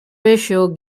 ratio